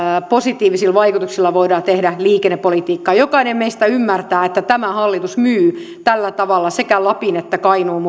positiivisilla vaikutuksilla voidaan tehdä liikennepolitiikkaa jokainen meistä ymmärtää että tämä hallitus myy tällä tavalla sekä lapin että kainuun